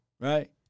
right